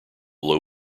low